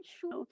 sure